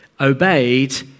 obeyed